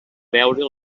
veure